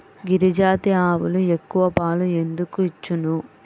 గిరిజాతి ఆవులు ఎక్కువ పాలు ఎందుకు ఇచ్చును?